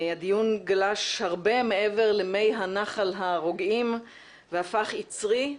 הדיון גלש הרבה מעבר למי הנחל הרוגעים והפך ייצרי,